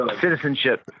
citizenship